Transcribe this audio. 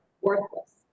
worthless